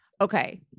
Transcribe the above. Okay